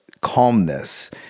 calmness